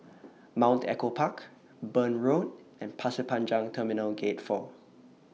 Mount Echo Park Burn Road and Pasir Panjang Terminal Gate four